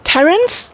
Terence